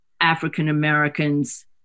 African-Americans